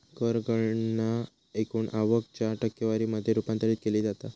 कर गणना एकूण आवक च्या टक्केवारी मध्ये रूपांतरित केली जाता